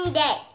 day